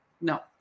No